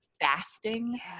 fasting